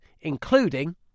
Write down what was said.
including